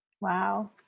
Wow